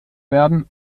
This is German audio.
werden